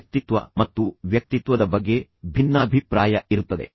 ವ್ಯಕ್ತಿತ್ವ ಮತ್ತು ವ್ಯಕ್ತಿತ್ವದ ಬಗ್ಗೆ ಭಿನ್ನಾಭಿಪ್ರಾಯ ಇರುತ್ತದೆ